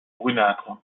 brunâtre